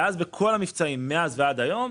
ואז בכל המבצעים מאז ועד היום,